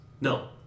No